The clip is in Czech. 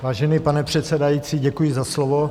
Vážený pane předsedající, děkuji za slovo.